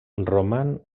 roman